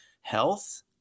health